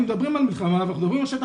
אנחנו מדברים על מלחמה ואנחנו מדברים על שטח